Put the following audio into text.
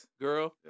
Girl